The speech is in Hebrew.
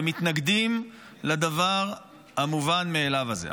ומתנגדים לדבר המובן מאליו הזה.